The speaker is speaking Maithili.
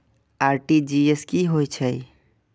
आर.टी.जी.एस की होय छै